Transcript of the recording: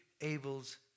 Abel's